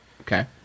Okay